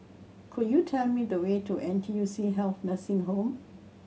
could you tell me the way to N T U C Health Nursing Home